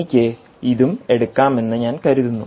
എനിക്ക് ഇതും എടുക്കാമെന്ന് ഞാൻ കരുതുന്നു